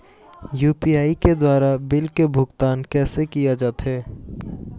UPI के द्वारा bill के भुगतान कैसे किया जाथे?